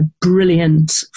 brilliant